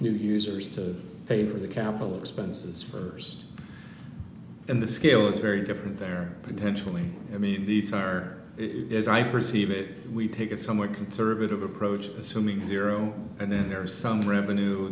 new users to pay for the capital expenses first and the scale is very different there potentially i mean these are as i perceive it we pick a somewhat conservative approach assuming zero and then there are some revenue